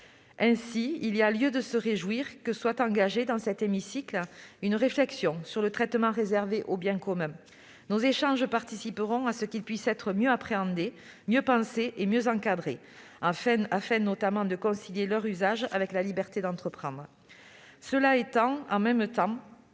Ainsi, il y a lieu de se réjouir que soit engagée, dans cet hémicycle, une réflexion sur le traitement réservé aux biens communs. Nos échanges contribueront à ce qu'ils puissent être mieux appréhendés, mieux pensés et mieux encadrés afin notamment de concilier leur usage avec la liberté d'entreprendre. Cela étant, alors même qu'il